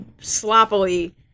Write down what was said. sloppily